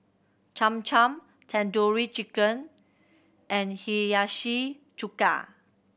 Cham Cham Tandoori Chicken and Hiyashi Chuka